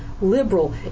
liberal